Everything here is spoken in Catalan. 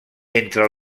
entre